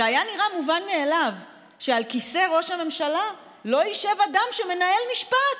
זה נראה מובן מאליו שעל כיסא ראש הממשלה לא ישב אדם שמנהל משפט.